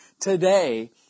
today